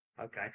Okay